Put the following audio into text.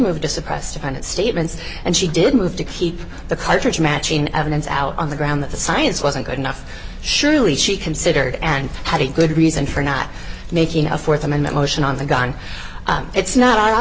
move to suppress different statements and she did move to keep the cartridge matching evidence out on the ground that the science wasn't good enough surely she considered and had a good reason for not making a th amendment motion on the gun it's not i